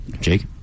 Jake